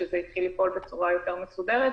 כשזה התחיל לפעול בצורה יותר מסודרת,